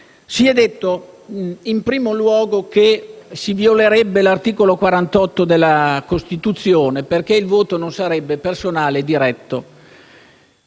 Si è detto in primo luogo che si violerebbe l'articolo 48 della Costituzione perché il voto non sarebbe personale e diretto.